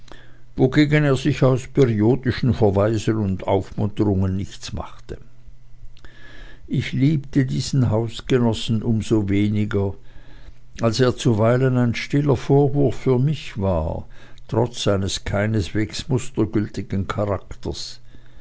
wogegen er sich aus periodischen verweisen und aufmunterungen nichts machte ich liebte diesen hausgenossen um so weniger als er zuweilen ein stiller vorwurf für mich war trotz seines keineswegs mustergültigen charakters